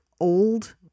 old